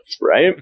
right